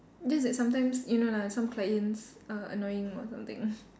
just that sometimes you know lah some clients are annoying or something